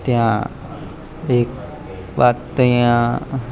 ત્યાં એક વાત ત્યાં